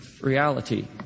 reality